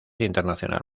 internacional